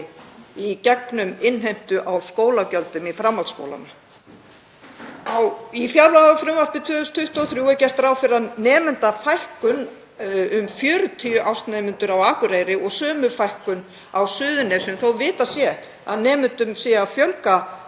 í gegnum innheimtu á skólagjöldum í framhaldsskólunum. Í fjárlagafrumvarpi 2023 er gert ráð fyrir að nemendum fækki um 40 ársnemendur á Akureyri og sömu fækkun á Suðurnesjum þó að vitað sé að nemendum sé að fjölga